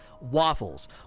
Waffles